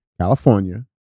California